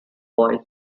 boy